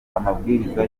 amabwiriza